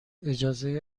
اجازه